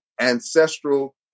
ancestral